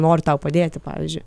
noriu tau padėti pavyzdžiui